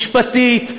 משפטית,